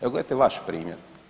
Evo gledajte vaš primjer.